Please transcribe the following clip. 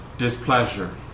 displeasure